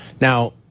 Now